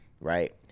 right